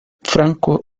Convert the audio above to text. franco